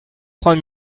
trois